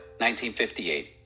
1958